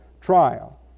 trial